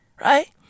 Right